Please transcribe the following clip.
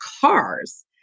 cars